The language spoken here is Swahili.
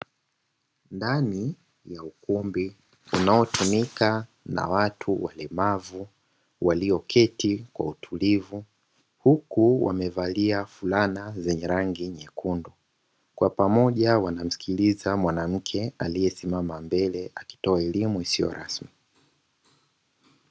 Ndani ya ukumbi unaotumika na watu walemavu walioketi kwa utulivu huku wamevalia fulana zenye rangi nyekundu. Kwa pamoja wanamsikiliza mwanamke aliyesimama mbele akitoa elimu isiyo rasmi.